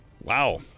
wow